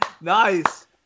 nice